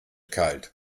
kalt